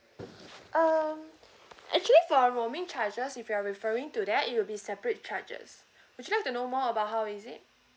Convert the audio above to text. um actually for our roaming charges if you're referring to that it will be separate charges would you like to know more about how is it